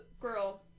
girl